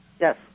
Yes